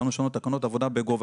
באנו לשנות את תקנות עבודה בגובה.